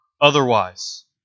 otherwise